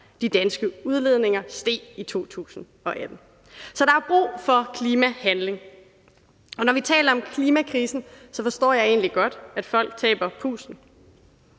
De danske udledninger steg i 2018. Så der er brug for klimahandling. Når vi taler om klimakrisen, forstår jeg egentlig godt, at folk taber pusten.